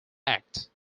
act